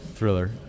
Thriller